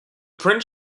print